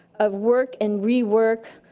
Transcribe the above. of work and rework,